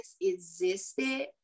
existed